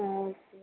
ஆ ஆ ஓகே